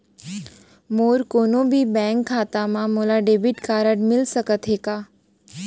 मोर कोनो भी बैंक खाता मा मोला डेबिट कारड मिलिस सकत हे का?